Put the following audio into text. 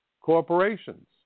corporations